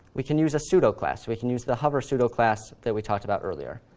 we can use a pseudo-class. we can use the hover pseudo-class that we talked about earlier.